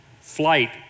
Flight